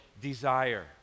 desire